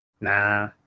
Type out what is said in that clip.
Nah